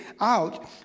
out